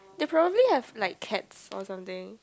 they probably have like cats or something